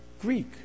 Greek